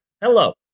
Hello